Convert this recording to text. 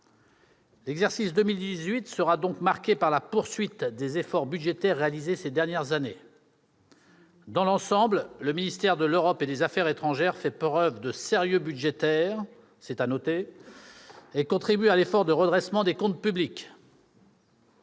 L'exercice 2018 sera donc marqué par la poursuite des efforts budgétaires réalisés ces dernières années. Dans l'ensemble, le ministère de l'Europe et des affaires étrangères fait preuve de sérieux budgétaire- il faut le noter -et contribue à l'effort de redressement des comptes publics.